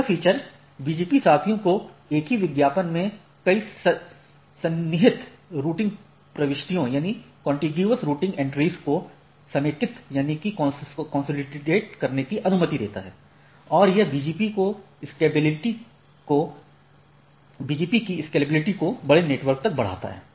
यह feature BGP साथियों को एक ही विज्ञापन में कई सन्निहित रूटिंग प्रविष्टियों को समेकित करने की अनुमति देता है और यह BGP की स्केलेबिलिटी को बड़े नेटवर्क तक बढ़ाता है